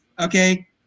Okay